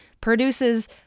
produces